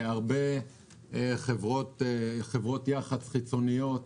הרבה חברות יחסי ציבור חיצוניות